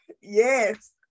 yes